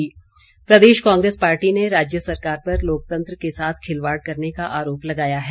कांग्रेस प्रदेश कांग्रेस पार्टी ने राज्य सरकार पर लोकतंत्र के साथ खिलवाड़ करने का आरोप लगाया है